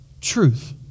truth